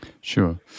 Sure